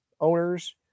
owners